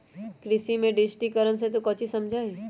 कृषि में डिजिटिकरण से तू काउची समझा हीं?